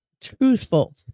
truthful